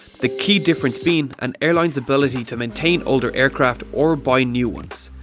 the key difference being an airlines ability to maintain older aircraft or buy new ones.